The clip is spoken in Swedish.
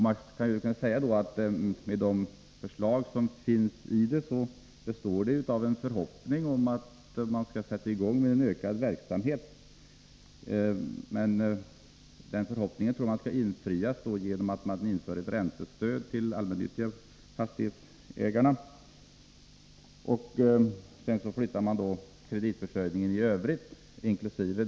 Man kan säga att programmet, med de förslag det innehåller, består av en förhoppning om en ökad verksamhet. Den förhoppningen tror man skall infrias genom att man inför ett räntestöd till de allmännyttiga fastighetsägarna, och sedan flyttas kreditförsörjningen i övrigt, inkl.